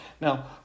Now